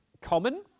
common